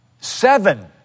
Seven